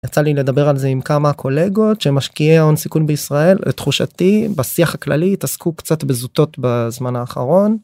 יצא לי לדבר על זה עם כמה קולגות שמשקיעי הון סיכון בישראל לתחושתי בשיח הכללי התעסקו קצת בזוטות בזמן האחרון.